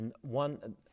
one